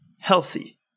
healthy